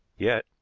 yet,